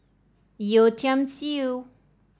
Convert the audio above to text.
Yeo Tiam Siew